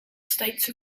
states